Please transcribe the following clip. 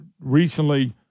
Recently